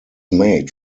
made